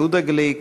יהודה גליק,